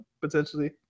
potentially